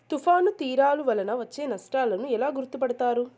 తుఫాను తీరాలు వలన వచ్చే నష్టాలను ఎలా గుర్తుపడతారు?